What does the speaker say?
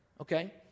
okay